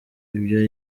ibyo